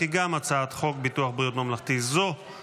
ההצעה להעביר את הצעת חוק ביטוח בריאות ממלכתי (תיקון,